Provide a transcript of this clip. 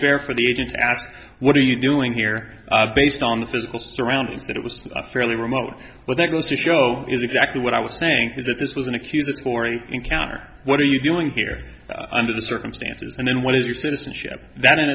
fair for the agent to ask what are you doing here based on the physical surroundings that it was a fairly remote but that goes to show is exactly what i was saying was that this was an accusatory encounter what are you doing here under the circumstances and then what is your citizenship that in